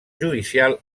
judicial